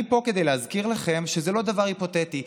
אני פה כדי להזכיר לכם שזה לא דבר היפותטי.